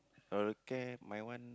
okay my one